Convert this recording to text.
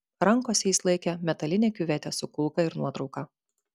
rankose jis laikė metalinę kiuvetę su kulka ir nuotrauką